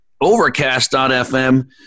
overcast.fm